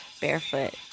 barefoot